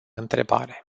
întrebare